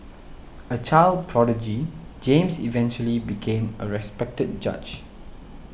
a child prodigy James eventually became a respected judge